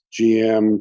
GM